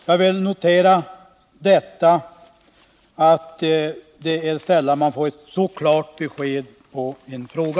Jag noterar detta. Det är sällan man får ett så klart besked som svar på en fråga.